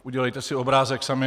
Udělejte si obrázek sami.